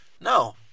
No